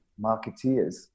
marketeers